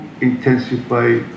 intensify